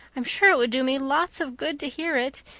i'm sure it would do me lots of good to hear it.